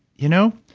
you know,